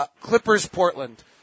Clippers-Portland